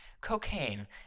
cocaine